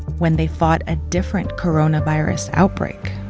when they fought a different coronavirus outbreak.